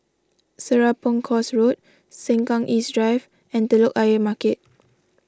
Serapong Course Road Sengkang East Drive and Telok Ayer Market